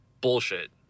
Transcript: bullshit